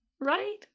Right